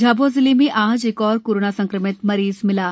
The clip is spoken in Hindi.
झाब्आ जिले में आज एक और कोरोना संक्रमित मरीज मिला है